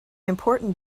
important